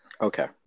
Okay